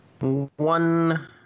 One